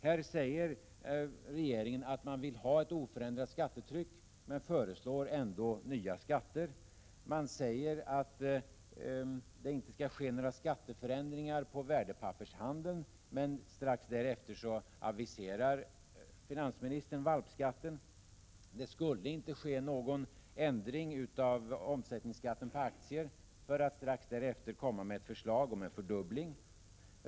Här säger regeringen att man vill ha ett oförändrat skattetryck men föreslår ändå nya skatter. Regeringen säger att det inte skall ske några skatteförändringar i värdepappershandeln, men strax därefter aviserar finansministern valpskatten. Det skulle inte ske någon ändring av omsättningsskatten på aktier, men strax därefter kom ett förslag om en fördubbling.